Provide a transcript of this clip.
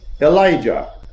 Elijah